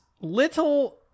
little